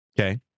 Okay